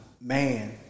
man